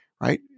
Right